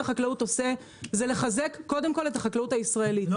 החקלאות עושה זה לחזק קודם כל את החקלאות הישראלית,